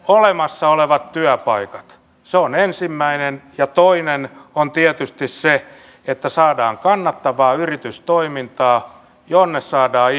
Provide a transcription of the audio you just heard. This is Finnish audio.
olemassa olevat työpaikat se on ensimmäinen ja toinen on tietysti se että saadaan kannattavaa yritystoimintaa jonne saadaan